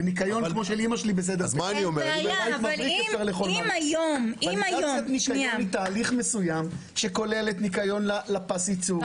ולידציה כולל תהליך מסוים שהוא ניקיון לפס ייצור,